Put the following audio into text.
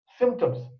symptoms